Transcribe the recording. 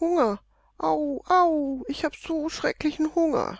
hunger au au ich hab so schrecklichen hunger